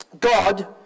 God